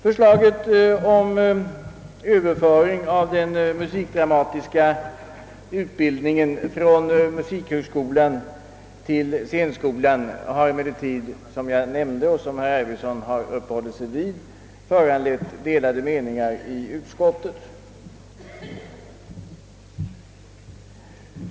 Förslaget om överförandet av den musikdramatiska utbildningen från musikhögskolan till scenskolan har emellertid, som jag nämnde, föranlett delade meningar i utskottet.